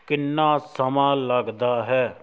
ਕਿੰਨਾ ਸਮਾਂ ਲੱਗਦਾ ਹੈ